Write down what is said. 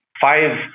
five